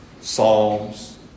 Psalms